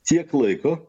tiek laiko